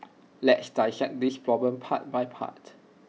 let's dissect this problem part by part